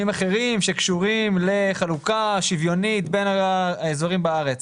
אחרים שקשורים לחלוקה שוויונית בין האזורים בארץ.